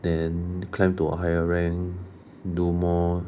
then climb to a higher rank do more